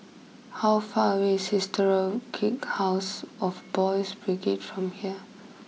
how far away is Historic house of Boys' Brigade from here